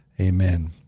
Amen